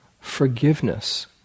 Forgiveness